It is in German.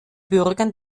bürgern